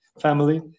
family